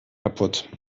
kapput